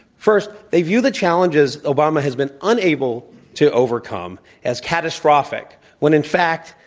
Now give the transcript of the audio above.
first, they view the challenges obama has been unable to overcome as catastrophic, when in fact,